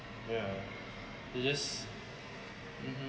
yeah it's just (uh huh)